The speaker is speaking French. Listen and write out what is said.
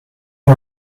est